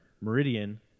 Meridian